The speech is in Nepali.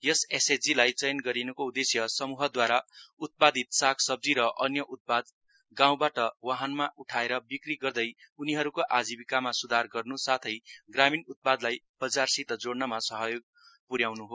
यस एसएचजीलाई चयन गरिन्को उदेश्य समूहदूवारा उत्पादित साग सब्जी र अन्य उत्पाद गाँउबाट वाहनमा उठाएर विक्रि गर्दै उनीहरुको आजीविकामा स्धार गर्न् साथै ग्रामीण उत्पादलाई बजारसित जोडनमा सहयोग प्र्याउन् हो